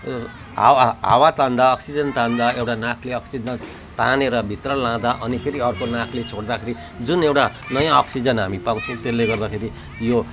हा हा हावा तान्दा अक्सिजन तान्दा एउटा नाकले अक्सिजन तानेर भित्र लाँदा अनि फेरि अर्को नाकले छोड्दाखेरि जुन एउटा नयाँ अक्सिजन हामी पाउँछौँ त्यसले गर्दाखेरि यो